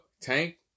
Tank